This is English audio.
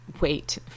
wait